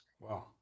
Wow